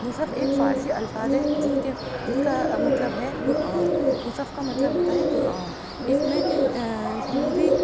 مصحف ایک فارسی الفاظ ہے جس کے جس کا مطلب ہے قرآن مصحف کا مطلب ہوتا ہے قرآن اِس میں پوری